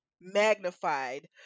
magnified